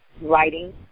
writing